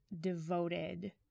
devoted